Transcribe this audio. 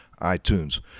iTunes